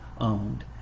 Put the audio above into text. owned